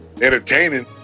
Entertaining